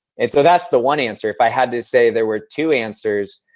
and so that's the one answer. if i had to say there were two answers,